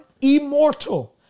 immortal